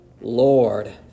Lord